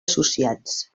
associats